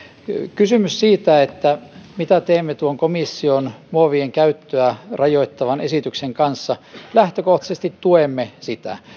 kysymys siitä mitä teemme tuon komission muovien käyttöä rajoittavan esityksen kanssa lähtökohtaisesti tuemme sitä